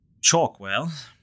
Chalkwell